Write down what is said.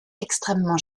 extrêmement